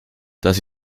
dass